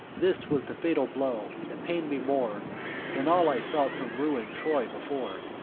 this was the fatal blow, that pain'd me more than all i felt from ruin'd troy before.